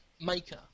maker